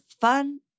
fun